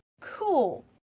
cool